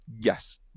yes